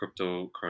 cryptocurrency